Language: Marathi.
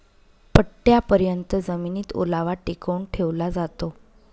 पट्टयापर्यत जमिनीत ओलावा टिकवून ठेवला जातो